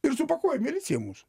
ir supakuoja milicija mus